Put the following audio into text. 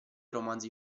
romanzi